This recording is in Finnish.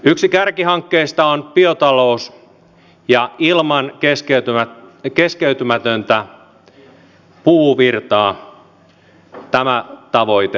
yksi kärkihankkeista on biotalous ja ilman keskeytymätöntä puuvirtaa tämä tavoite ei onnistu